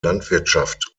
landwirtschaft